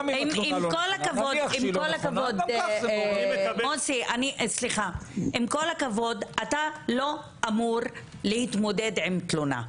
עם כל הכבוד, אתה לא אמור להתמודד עם תלונה.